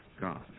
God